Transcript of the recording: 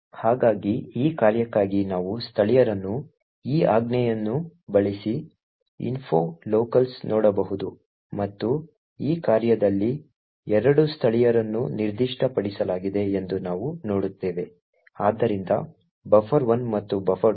ಹಾಗಾಗಿ ಈ ಕಾರ್ಯಕ್ಕಾಗಿ ನಾವು ಸ್ಥಳೀಯರನ್ನು ಈ ಆಜ್ಞೆಯನ್ನು ಬಳಸಿ gdb info locals ನೋಡಬಹುದು ಮತ್ತು ಈ ಕಾರ್ಯದಲ್ಲಿ 2 ಸ್ಥಳೀಯರನ್ನು ನಿರ್ದಿಷ್ಟಪಡಿಸಲಾಗಿದೆ ಎಂದು ನಾವು ನೋಡುತ್ತೇವೆ ಆದ್ದರಿಂದ buffer 1 ಮತ್ತು buffer 2